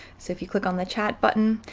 so if you click on the chat button,